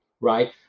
Right